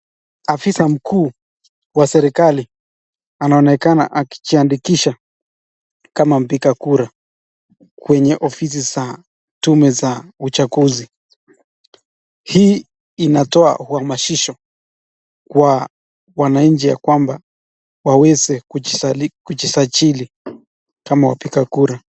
Afisa mkuu wa serikali anaonekana akijiandikisha kama mpiga kura kwenye ofisi za tume za uchaguzi, hii inatoa uhamasisho kwa wanachi ya kwamba waweze kujisajili kama wapiga kura.